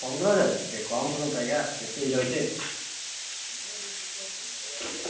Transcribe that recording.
ପନ୍ଦରହଜାର ଟିକେ କମ କରନ୍ତୁ ଆଜ୍ଞା ବେଶି ହେଇ ଯାଉଚି